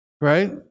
right